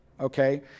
okay